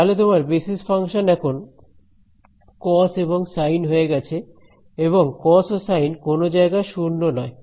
তাহলে তোমার basis function এখন কস এবং সাইন হয়ে গেছে এবং কস ও সাইন কোন জায়গায় 0 নয়